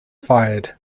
fired